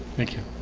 thank you,